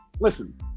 listen